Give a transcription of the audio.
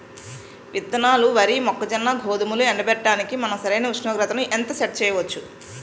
విత్తనాలు వరి, మొక్కజొన్న, గోధుమలు ఎండబెట్టడానికి మనం సరైన ఉష్ణోగ్రతను ఎంత సెట్ చేయవచ్చు?